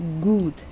good